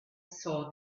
saw